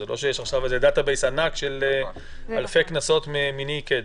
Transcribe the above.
זה לא שיש עכשיו איזה דאטה-בייס ענק של אלפי קנסות מיני קדם.